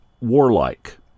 warlike